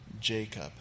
Jacob